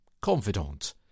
confidant